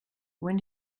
when